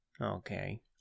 Okay